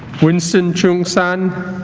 winston chung san